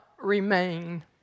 remain